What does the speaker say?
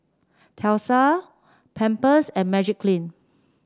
Tesla Pampers and Magiclean